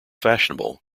fashionable